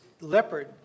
leopard